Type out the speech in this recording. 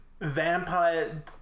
Vampire